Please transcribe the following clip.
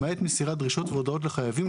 למעט מסירת דרישות והודעות לחייבים,